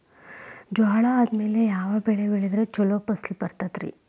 ಜ್ವಾಳಾ ಆದ್ಮೇಲ ಯಾವ ಬೆಳೆ ಬೆಳೆದ್ರ ಛಲೋ ಫಸಲ್ ಬರತೈತ್ರಿ?